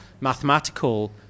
mathematical